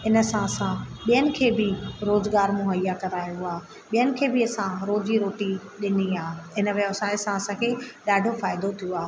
इन सां असां ॿियनि खे बि रोजगार मुहैया कराइणो आ ॿियनि खे बि असां रोजी रोटी ॾिनी आहे इन व्यवसाय सां असांखे ॾाढो फ़ाइदो थियो आहे